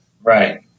right